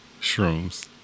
Shrooms